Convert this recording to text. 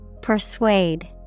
Persuade